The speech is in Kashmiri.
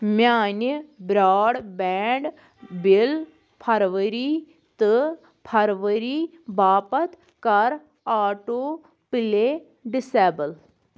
میٛانہِ برٛاڈ بینٛڈ بِل فرؤری تہٕ فرؤری باپتھ کَر آٹوٗ پُلے ڈسایبل